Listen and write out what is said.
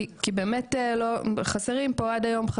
כי באמת חסרים פה עד היום,